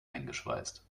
eingeschweißt